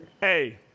Hey